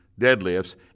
deadlifts